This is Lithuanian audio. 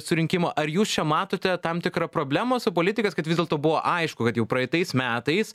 surinkimo ar jūs čia matote tam tikrą problemą su politikais kad vis dėlto buvo aišku kad jau praeitais metais